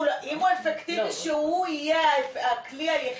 אם הוא אפקטיבי, שהוא יהיה הכלי היחידי,